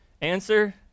Answer